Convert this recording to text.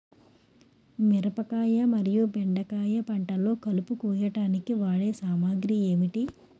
మిరపకాయ మరియు బెండకాయ పంటలో కలుపు కోయడానికి వాడే సామాగ్రి ఏమిటి?